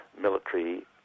military